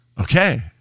Okay